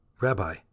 Rabbi